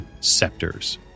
scepters